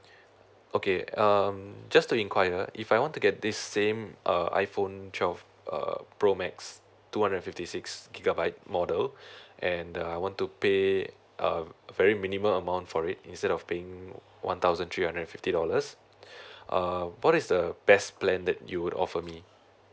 okay um just to inquire if I want to get this same err iPhone twelve uh pro max two hundred fifty six gigabyte model and uh I want to pay uh very minimal amount for it instead of paying one thousand three hundred and fifty dollars uh what is the best plan that you would offer me